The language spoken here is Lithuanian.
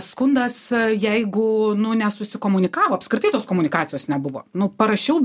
skundas jeigu nu nesusikomunikavo apskritai tos komunikacijos nebuvo nu parašiau